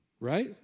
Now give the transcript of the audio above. Right